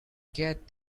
get